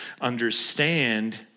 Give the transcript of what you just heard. understand